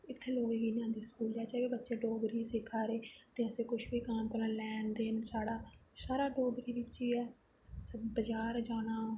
ते इत्थें स्कुलै दे बच्चे बी डोगरी सिक्खा दे ते असें कुछ बी लेन देन साढ़ा सारा डोगरी बिच गै बजार जाना